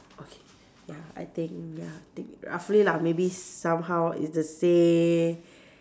okay ya I think ya I think roughly lah maybe somehow it's the sa~